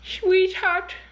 sweetheart